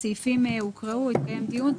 הסעיפים הוקראו והתקיים דיון.